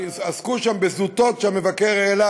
עסקו שם בזוטות שהמבקר העלה,